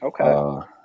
Okay